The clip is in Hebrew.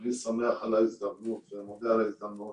אני שמח על ההזדמנות ומודה על ההזדמנות